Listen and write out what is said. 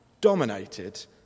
dominated